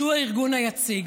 שהוא הארגון היציג.